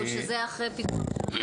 או שזה מה שאתם יודעים אחרי פיקוח שלכם?